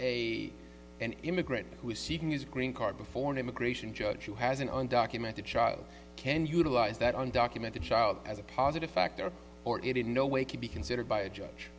a an immigrant who is seeking his green card before an immigration judge who has an undocumented child can utilize that undocumented child as a positive factor or it in no way could be considered by a judge